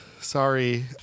Sorry